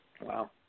Wow